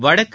வடக்கு